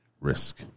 risk